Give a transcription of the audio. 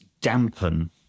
dampen